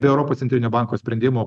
europos centrinio banko sprendimo